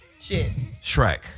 Shrek